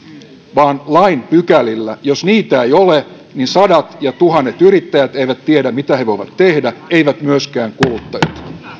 vaan lain pykälillä jos niitä ei ole sadat ja tuhannet yrittäjät eivät tiedä mitä he voivat tehdä eivät myöskään kuluttajat